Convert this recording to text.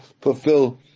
fulfill